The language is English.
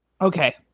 Okay